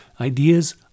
Ideas